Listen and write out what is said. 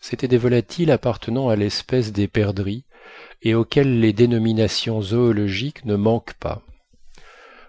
c'étaient des volatiles appartenant à l'espèce des perdrix et auxquels les dénominations zoologiques ne manquent pas